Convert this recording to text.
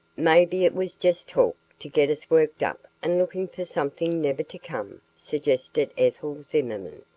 maybe it was just talk, to get us worked up and looking for something never to come, suggested ethel zimmerman.